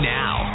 now